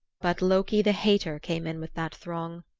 but loki the hater came in with that throng.